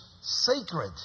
sacred